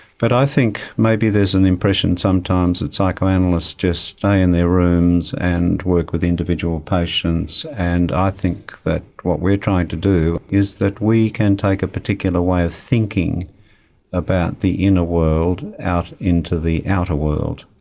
but i think maybe there is an impression sometimes that psychoanalysts just stay in their rooms and work with individual patients, and i think that what we are trying to do is that we can take a particular way of thinking about the inner world out into the outer world.